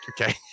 Okay